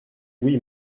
oui